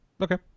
Okay